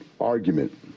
argument